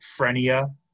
Frenia